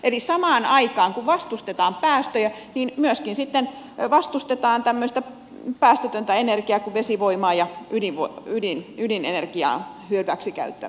eli samaan aikaan kun vastustetaan päästöjä myöskin sitten vastustetaan tämmöistä päästötöntä energiaa kuten vesivoimaa ja ydinenergian hyväksikäyttöä